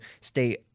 stay